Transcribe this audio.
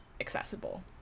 accessible